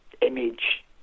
image